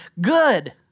good